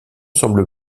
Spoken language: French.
semble